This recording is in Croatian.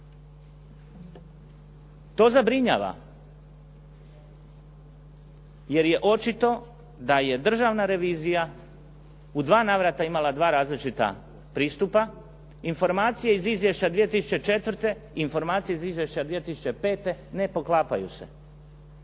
To zabrinjava jer je očito da je Državna revizija u 2 navrata imala 2 različita pristupa. Informacije iz izvješća 2004., informacije iz izvješća 2005. ne poklapaju se.